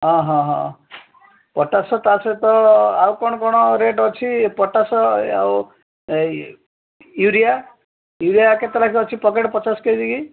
ଅଃ ହ ହ ପଟାସ ତା ସହିତ ଆଉ କ'ଣ କ'ଣ ରେଟ୍ ଅଛି ପଟାସ ଆଉ ଇଏ ୟୁରିଆ ୟୁରିଆ କେତେ ଲାଖେ ଅଛି ପକେଟ ପଚାଶ କେଜି କି